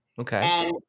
Okay